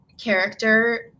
character